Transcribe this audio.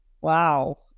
wow